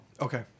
Okay